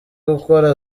gukora